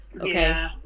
okay